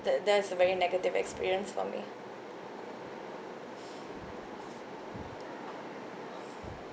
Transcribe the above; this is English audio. tha~ that's a very negative experience for me